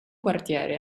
quartiere